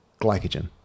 glycogen